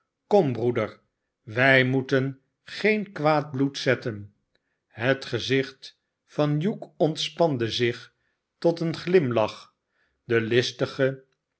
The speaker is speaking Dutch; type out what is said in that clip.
skom broeder wij moeten geen kwaad bloed zetten het gezicht van hugh onlspande zich tot een glimlach de listige